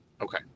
Okay